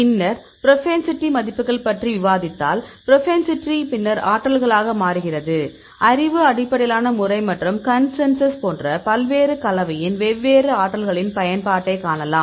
பின்னர் புரோபென்சிடி மதிப்புகள் பற்றி விவாதித்தால் புரோபென்சிடி பின்னர் ஆற்றல்களாக மாறுகிறது அறிவு அடிப்படையிலான முறை மற்றும் கன்சென்சஸ் போன்ற பல்வேறு கலவையின் வெவ்வேறு ஆற்றல்களின் பயன்பாட்டைக் காணலாம்